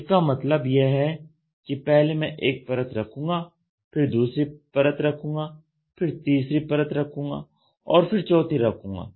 इसका मतलब यह है पहले मैं एक परत रखूंगा फिर दूसरी परत रखूंगा फिर तीसरी परत रखूंगा और फिर चौथी रखूंगा